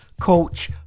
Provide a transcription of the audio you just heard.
coach